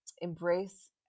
embrace